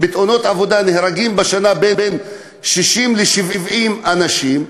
בתאונות עבודה נהרגים בשנה בין 60 ל-70 אנשים,